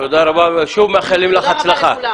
תודה רבה ושוב מאחלים לך הצלחה.